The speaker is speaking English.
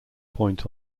point